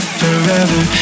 forever